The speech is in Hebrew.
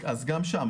גם שם.